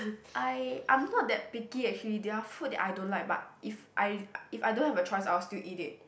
I I'm not that picky actually there are food that I don't like but if I if I don't have a choice I will still eat it